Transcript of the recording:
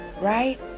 Right